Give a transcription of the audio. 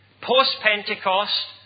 post-Pentecost